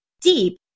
deep